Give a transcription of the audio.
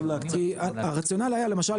כי הרציונל היה שלמשל